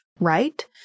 right